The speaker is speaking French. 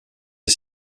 est